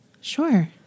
Sure